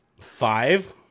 Five